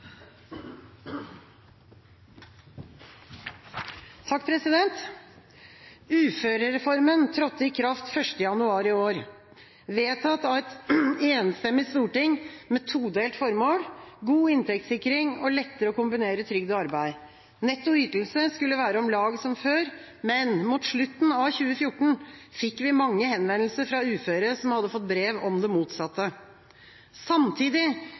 Uførereformen trådte i kraft 1. januar i år, vedtatt av et enstemmig storting med todelt formål – god inntektssikring og lettere å kombinere trygd og arbeid. Netto ytelse skulle være om lag som før, men mot slutten av 2014 fikk vi mange henvendelser fra uføre som hadde fått brev om det motsatte. Samtidig